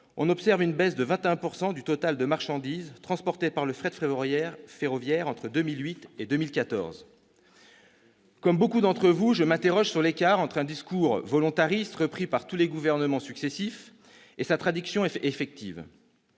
on observe une baisse de 21 % du total de marchandises transportées par le fret ferroviaire entre 2008 et 2014. Comme beaucoup d'entre vous, je m'interroge sur l'écart entre un discours volontariste repris par tous les gouvernements successifs et sa traduction effective.